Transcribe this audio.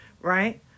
right